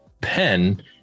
pen